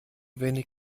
wenig